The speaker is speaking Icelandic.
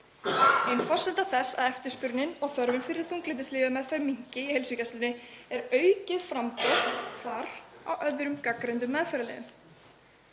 Ein forsenda þess að eftirspurnin og þörfin fyrir þunglyndislyfameðferð minnki í heilsugæslunni er aukið framboð þar á öðrum gagnreyndum meðferðarleiðum.